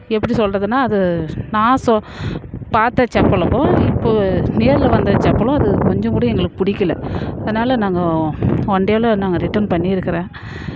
எப்படி சொல்கிறதுனா அது நான் பார்த்த செப்பலுக்கும் இப்போது நேரில் வந்த செப்பலும் அது கொஞ்சம் கூட எங்களுக்கு பிடிக்கல அதனால் நாங்கள் ஒன் டேயில நாங்கள் ரிட்டன் பண்ணிருக்குறேன்